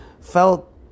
felt